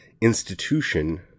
institution